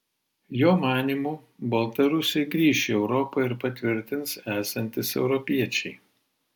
jo manymu baltarusiai grįš į europą ir patvirtins esantys europiečiai